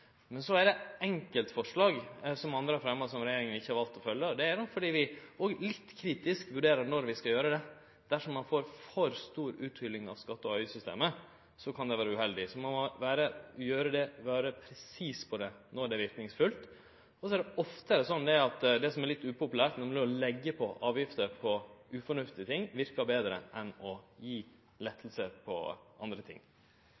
Men så er det einskilde forslag som andre har fremja, men som regjeringa ikkje har valt å følgje. Og det er nok fordi vi litt kritisk vurderer når vi skal gjere det. Viss ein får for stor utholing av skatte- og avgiftssystemet, kan det vere uheldig. Så ein må vere presis om når det er verknadsfullt. Og så er det ofte sånn at det som er litt upopulært – når vi legg avgifter på ufornuftige ting – verkar betre enn å gi lettar på andre ting.